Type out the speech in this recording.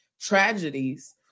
tragedies